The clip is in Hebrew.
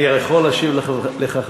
אני יכול להשיב לך,